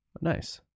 Nice